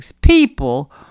people